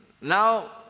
Now